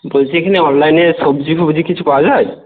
বলছি এখানে অনলাইনে সবজি ফব্জি কিছু পাওয়া যায়